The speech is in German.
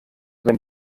wenn